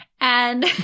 And-